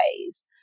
ways